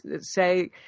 say